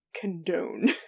condone